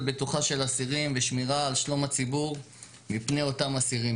בטוחה של אסירים ושמירה על שלום הציבור מפני אותם אסירים.